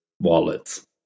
wallets